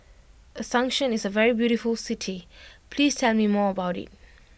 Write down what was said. Asuncion is a very beautiful city please tell me more about it